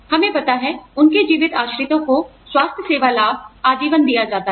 हमें पता है उनके जीवित आश्रितों को स्वास्थ्य सेवा लाभ आजीवन दिया जाता है